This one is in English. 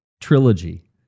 trilogy